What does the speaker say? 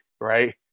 right